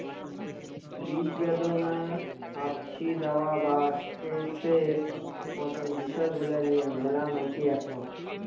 বিষব্যাদনা, হাপশি যাওয়া বা স্ট্রেসের মতন বিষয় গুলা নিয়া ম্যালা মানষি একমত